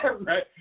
Right